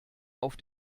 auf